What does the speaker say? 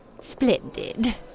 Splendid